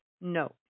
No